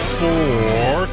four